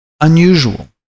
unusual